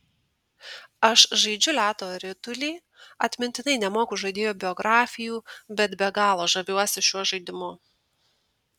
aš žaidžiu ledo ritulį atmintinai nemoku žaidėjų biografijų bet be galo žaviuosi šiuo žaidimu